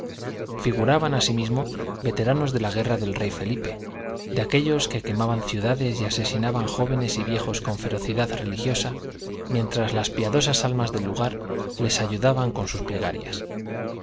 figuraban asimismo veteranos de la guerra del rey felipe de aquellos que quemaban ciudades y asesinaban jóvenes y viejos con ferocidad religiosa mientras las piadosas almas del lugar les ayudaban con sus plegarias